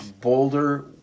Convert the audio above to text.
boulder